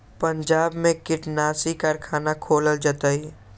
पंजाब में कीटनाशी कारखाना खोलल जतई